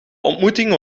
ontmoeting